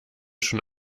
schon